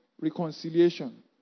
reconciliation